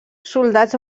soldats